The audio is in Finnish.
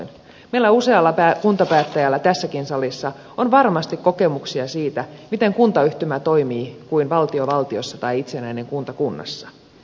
meillä usealla kuntapäättäjällä tässäkin salissa on varmasti kokemuksia siitä miten kuntayhtymä toimii kuin valtio valtiossa tai itsenäinen kunta kunnassa